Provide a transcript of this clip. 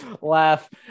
Laugh